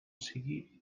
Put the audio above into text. sigui